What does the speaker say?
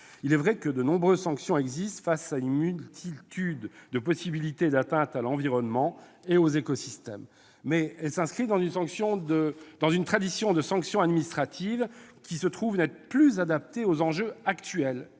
Certes, de nombreuses sanctions existent face à une multitude de possibilités d'atteintes à l'environnement et aux écosystèmes. Mais elles s'inscrivent dans une tradition de sanctions administratives, et ces dernières ne sont plus adaptées aux enjeux actuels